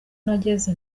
nageze